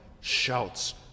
shouts